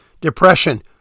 depression